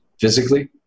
physically